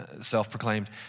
self-proclaimed